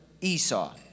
Esau